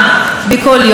בכל יום.